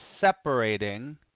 separating